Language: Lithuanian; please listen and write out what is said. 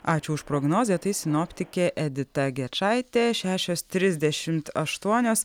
ačiū už prognozę tai sinoptikė edita gečaitė šešios trisdešimt ašuonios